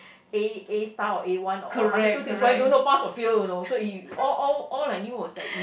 A A star or A one or I mean two six five don't know pass or fail you know so you all all all I knew was that if